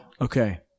Okay